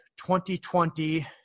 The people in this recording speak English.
2020